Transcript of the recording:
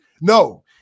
No